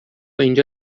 اینجا